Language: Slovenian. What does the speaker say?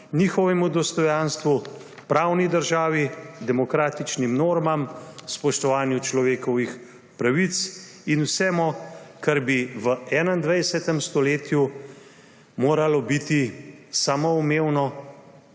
njihovemu dostojanstvu, pravni državi, demokratičnim normam, spoštovanju človekovih pravic in vsemu, kar bi v 21. stoletju moralo biti samoumevno,